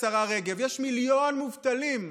השרה רגב, יש מיליון מובטלים.